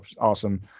awesome